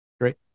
Great